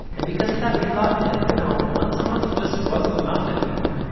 and because of that we thought that, you know, once a month just wasn't enough anymore.